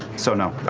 so no.